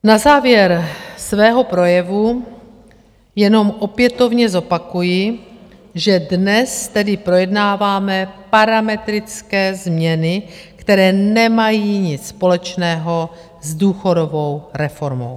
Na závěr svého projevu jenom opětovně zopakuji, že dnes tedy projednáváme parametrické změny, které nemají nic společného s důchodovou reformou.